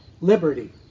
liberty